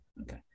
okay